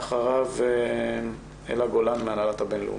אחריה אלה גולן מהנהלת הבינלאומי.